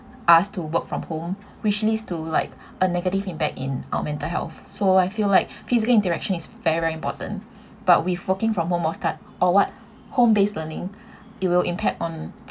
asked to work from home which leads to like a negative impact in our mental health so I feel like physically interaction is very very important but we've working from home or that or what home based learning it will impact on